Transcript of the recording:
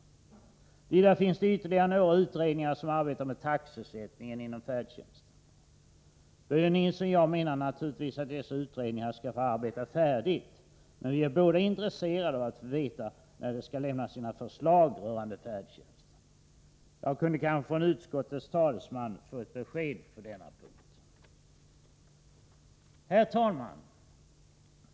Vidare finns det ytterligare några utredningar som arbetar med taxesättningen inom färdtjänsten. Börje Nilsson och jag menar naturligtvis att dessa utredningar skall få arbeta färdigt, men vi är båda intresserade av att få veta när de skall lämna sina förslag rörande färdtjänsten. Jag kanske från utskottets talesman kunde få ett besked på denna punkt. Herr talman!